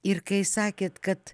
ir kai sakėt kad